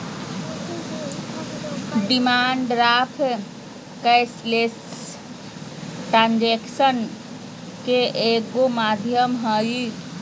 demand draft cashless ट्रांजेक्शनन के एगो माध्यम हइ